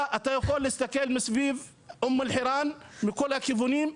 אתה יכול להסתכל מסביב אום אל חיראן מכל הכיוונים,